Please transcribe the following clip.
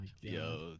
Yo